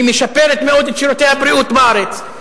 היא משפרת מאוד את שירותי הבריאות בארץ,